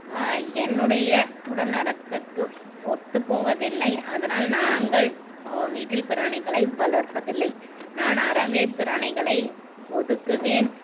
என்னுடைய உடல் நலத்திற்கு ஒத்து போவதில்லை அதனால் நாங்கள் வீட்டில் பிராணிகளை வளர்ப்பதில்லை நான் அறவே பிராணிகளை ஒதுக்குவேன்